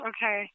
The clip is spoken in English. Okay